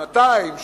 שנתיים,